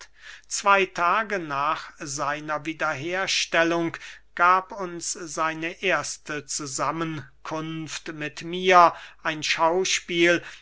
zwey tage nach seiner wiederherstellung gab uns seine erste zusammenkunft mit mir ein schauspiel